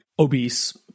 obese